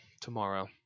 Tomorrow